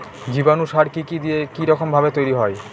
জীবাণু সার কি কি দিয়ে কি রকম ভাবে তৈরি হয়?